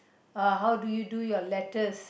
uh how do you do your letters